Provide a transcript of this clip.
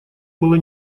было